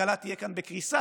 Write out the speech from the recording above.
הכלכלה תהיה כאן בקריסה,